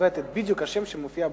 לכבד בדיוק את השם שמופיע בצ'ק.